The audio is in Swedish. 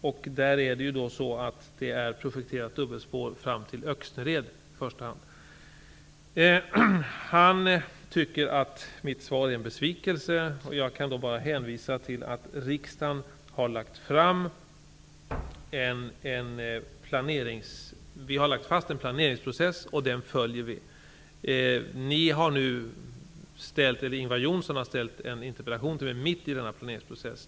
Där framgår det att dubbelspår i första hand är projekterat fram till Öxnered. Sten Östlund tycker att mitt svar är en besvikelse. Jag kan bara hänvisa till att vi har lagt fast en plan som vi följer. Ingvar Johnsson har ställt en interpellation till mig mitt i denna planeringsprocess.